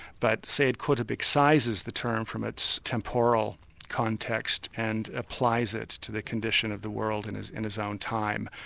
but sayyid qutb but excises the term from its temporal context and applies it to the condition of the world in his in his own time.